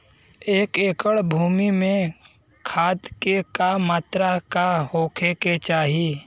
एक एकड़ भूमि में खाद के का मात्रा का होखे के चाही?